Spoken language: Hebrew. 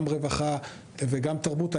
גם רווחה וגם תרבות.